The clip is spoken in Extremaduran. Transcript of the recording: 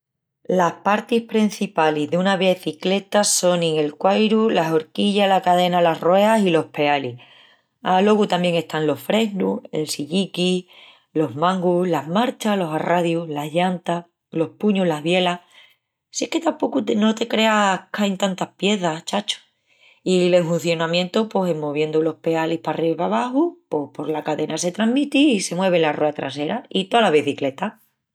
Las partis prencipalis duna becicleta sonin el quairu, la horquilla, la cadena, las rueas i los pealis. Alogu tamién están los fresnus, el silliqui, los mangus, las marchas, los arradius, las llantas, los puñus, las bielas,... si es que tapocu no te creas qu'ain tantas pieças, chacho! I l'enhuncionamientu pos en moviendu los pealis parriba i pabaxu pos por la cadena se tramiti i se muevi la ruea trasera i tola becicleta.